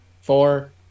Four